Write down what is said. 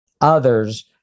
others